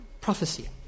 prophecy